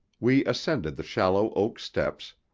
we ascended the shallow oak steps,